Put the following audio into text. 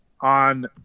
on